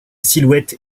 silhouette